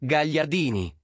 Gagliardini